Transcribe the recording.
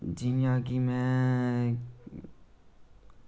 जियां कि में